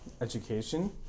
education